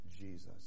Jesus